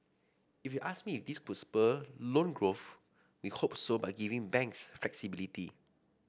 if you ask me if this could spur loan growth we hope so by giving banks flexibility